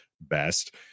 best